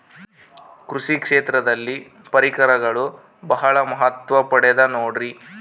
ಕೃಷಿ ಕ್ಷೇತ್ರದಲ್ಲಿ ಪರಿಕರಗಳು ಬಹಳ ಮಹತ್ವ ಪಡೆದ ನೋಡ್ರಿ?